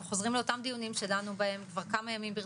אנחנו חוזרים על אותם דיונים שדנו בהם כבר כמה ימים ברציפות.